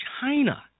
China